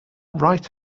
right